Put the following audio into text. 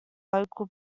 local